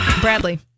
Bradley